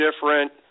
different